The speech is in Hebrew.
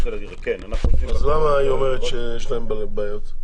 כן, אנחנו --- אז למה היא אומרת שיש להן בעיות?